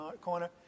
corner